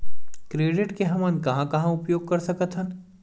Credit के हमन कहां कहा उपयोग कर सकत हन?